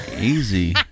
Easy